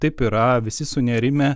taip yra visi sunerimę